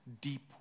deep